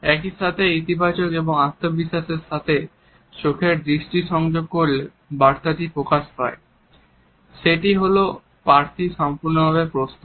একইসাথে ইতিবাচক এবং আত্মবিশ্বাসের সাথে চোখের দৃষ্টি সংযোগ করলে বার্তাটি প্রকাশ পায় সেটি হল প্রার্থী সম্পূর্ণভাবে প্রস্তুত